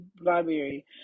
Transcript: library